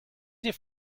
was